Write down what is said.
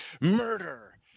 murder